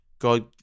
God